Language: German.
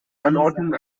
anordnungen